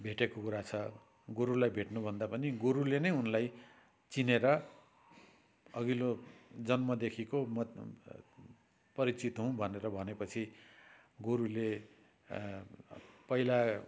भेटेको कुरा छ गुरुलाई भेटनु भन्दा पनि गुरुले नै उनलाई चिनेर अघिल्लो जन्मदेखिको म परिचित हुँ भनेर भनेपछि गुरुले पहिला